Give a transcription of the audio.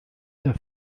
der